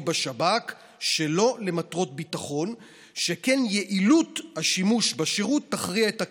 בשב"כ שלא למטרות ביטחון שכן יעילות השימוש בשירות תכריע את הכף".